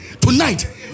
Tonight